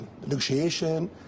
negotiation